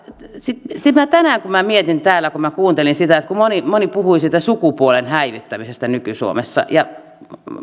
sitten minä tänään mietin täällä kun minä kuuntelin kun moni moni puhui siitä sukupuolen häivyttämisestä nyky suomessa ja oli